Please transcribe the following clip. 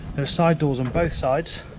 there are side doors on both sides